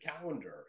calendar